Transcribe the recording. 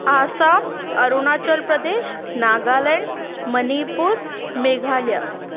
Assam Arunachal Pradesh Nagaland Manipur Meghalaya